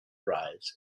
arrives